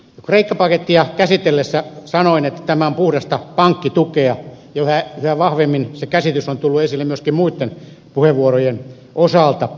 kreikka pakettia käsitellessä sanoin että tämä on puhdasta pankkitukea ja yhä vahvemmin se käsitys on tullut esille myöskin muitten puheenvuorojen osalta